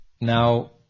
Now